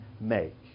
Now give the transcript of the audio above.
make